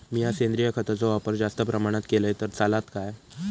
मीया सेंद्रिय खताचो वापर जास्त प्रमाणात केलय तर चलात काय?